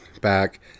back